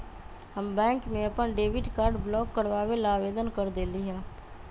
हम बैंक में अपन डेबिट कार्ड ब्लॉक करवावे ला आवेदन कर देली है